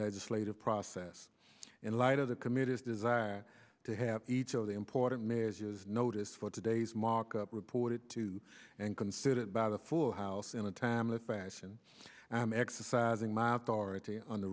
legislative process in light of the committee's desire to have each of the important measures notice for today's markup reported to and considered by the full house in a timely fashion and i'm exercising my authority on the